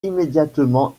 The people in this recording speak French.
immédiatement